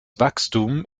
wachstum